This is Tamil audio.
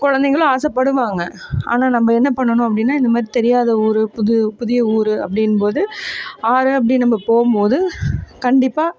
கொழந்தைங்களும் ஆசைப்படுவாங்க ஆனால் நம்ம என்ன பண்ணணும் அப்படின்னா இந்தமாதிரி தெரியாத ஊர் புது புதிய ஊர் அப்படின்னுபோது ஆறு அப்படின்னு நம்ம போகும்போது கண்டிப்பாக